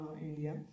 India